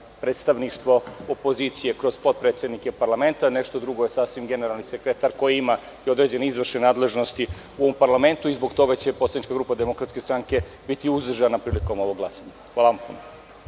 predstavništvo opozicije kroz potpredsednike parlamenta, nešto drugo je sasvim generalni sekretar koji ima određene izvršne nadležnosti u parlamentu. Zbog toga će poslanička grupa DS biti uzdržana prilikom ovog glasanja. Hvala.